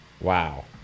Wow